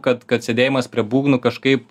kad kad sėdėjimas prie būgnų kažkaip